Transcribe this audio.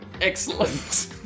Excellent